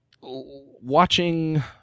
watching